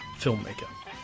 filmmaker